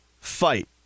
fight